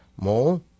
Mole